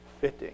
fitting